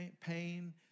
pain